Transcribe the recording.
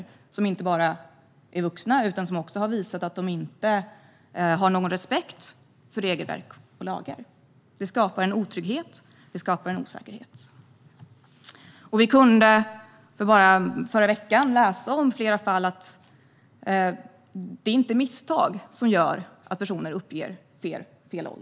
Dessa personer är inte bara vuxna utan har även visat att de inte har någon respekt för regelverk och lagar. Det skapar otrygghet och osäkerhet. Förra veckan kunde vi i samband med flera fall läsa att det inte är av misstag som personer uppger fel ålder.